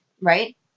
Right